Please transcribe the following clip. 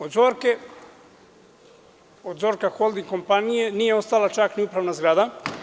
Od „Zorka holding“ kompanije nije ostala čak ni upravna zgrada.